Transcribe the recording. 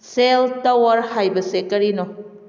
ꯁꯦꯜ tower ꯍꯥꯏꯕꯁꯤ ꯀꯔꯤꯅꯣ